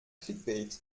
clickbait